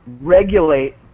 regulate